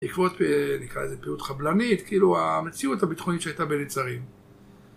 עקבות, נקרא לזה פעילות חבלנית, כאילו המציאות הביטחונית שהייתה בנצרים